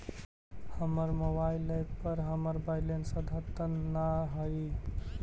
हमर mobile app पर हमर बैलेंस अद्यतन ना हई